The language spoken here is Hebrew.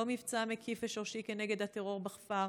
לא מבצע מקיף ושורשי כנגד הטרור בכפר,